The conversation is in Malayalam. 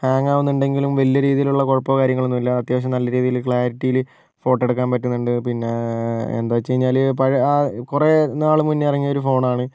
ഹാങ്ങാവുന്നുണ്ടെങ്കിലും വലിയ രീതിയിലുള്ള കുഴപ്പമോ കാര്യങ്ങളൊന്നും ഇല്ല അത്യാവശ്യം നല്ല രീതിയിൽ ക്ലാരിറ്റിയിൽ ഫോട്ടെടുക്കാൻ പറ്റുന്നുണ്ട് പിന്നെ എന്താ വെച്ച് കഴിഞ്ഞാൽ പഴയ ആ കുറെ നാൾ മുന്നേ ഇറങ്ങിയ ഒരു ഫോണാണ്